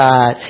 God